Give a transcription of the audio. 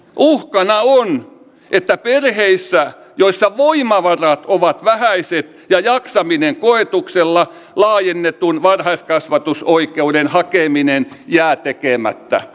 uhkana on että perheissä joissa voimavarat ovat vähäiset ja jaksaminen koetuksella laajennetun varhaiskasvatusoikeuden hakeminen jää tekemättä